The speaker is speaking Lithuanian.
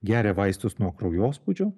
geria vaistus nuo kraujospūdžio